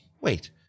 wait